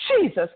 Jesus